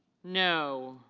no.